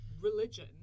religion